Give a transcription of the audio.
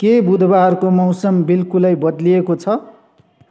के बुधबारको मौसम बिल्कुलै बद्लिएको छ